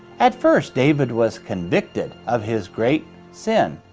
at first david was convicted of his great sin,